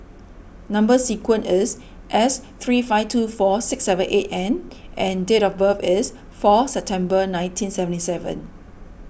Number Sequence is S three five two four six seven eight N and date of birth is four September nineteen seventy seven